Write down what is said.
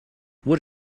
wood